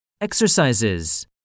Exercises